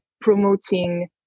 promoting